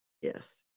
yes